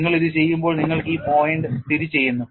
നിങ്ങൾ ഇത് ചെയ്യുമ്പോൾ നിങ്ങൾക്ക് ഈ പോയിന്റ് സ്ഥിതിചെയ്യുന്നു